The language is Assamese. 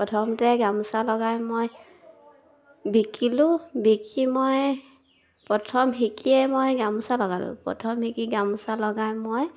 প্ৰথমতে গামোচা লগাই মই বিকিলোঁ বিকি মই প্ৰথম শিকিয়ে মই গামোচা লগালোঁ প্ৰথম শিকি গামোচা লগাই মই